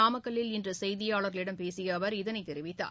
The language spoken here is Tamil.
நாமக்கல்லில் இன்று செய்தியாளர்களிடம் பேசிய அவர் இதனைத் தெரிவித்தார்